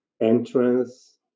entrance